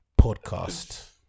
podcast